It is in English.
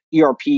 ERP